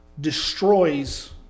destroys